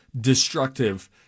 destructive